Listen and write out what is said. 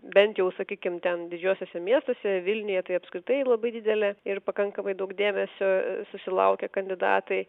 bent jau sakykim ten didžiuosiuose miestuose vilniuje tai apskritai labai didelė ir pakankamai daug dėmesio susilaukia kandidatai